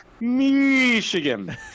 Michigan